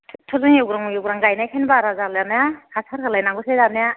टेक्टरजों एवग्रां एवग्रां गायनायखायनो बारा जालिया ने हासार होलायनांगौसै दानिया